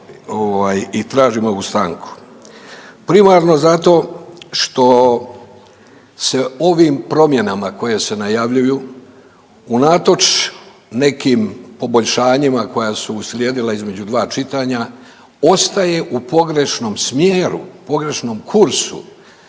i tražim ovu stanku? Primarno zato što se ovim promjenama koje se najavljuju unatoč nekim poboljšanjima koja su uslijedila između dva čitanja ostaje u pogrešnom smjeru, pogrešnom kursu